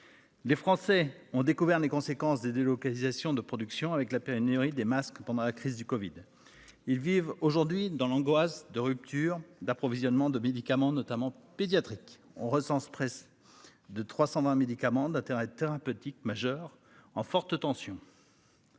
Les Français ont découvert, conséquences des délocalisations de production avec la pénurie des masques pendant la crise du Covid. Ils vivent aujourd'hui dans l'angoisse de rupture d'approvisionnement de médicaments notamment pédiatriques on recense presse de 320 médicaments d'intérêt thérapeutique majeur en forte tension.